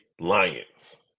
Lions